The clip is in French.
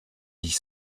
dix